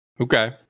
Okay